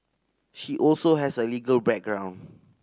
she also has a legal background